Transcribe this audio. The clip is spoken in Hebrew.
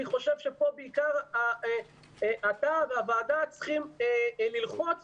אני חושב שכאן בעיקר אתה והוועדה צריכים ללחוץ